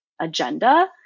agenda